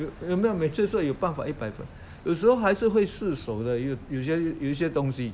有有没有每次说有办法一百分有时候还是会失手的有有有一些东西